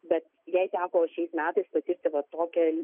bet jai teko šiais metais patirti va tokią